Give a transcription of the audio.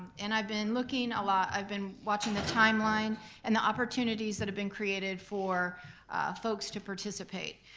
and i've been looking a lot, i've been watching the timeline and the opportunities that have been created for folks to participate.